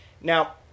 Now